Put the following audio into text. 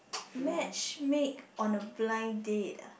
matchmake on a blind date ah